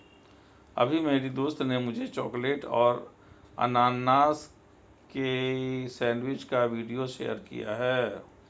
अभी मेरी दोस्त ने मुझे चॉकलेट और अनानास की सेंडविच का वीडियो शेयर किया है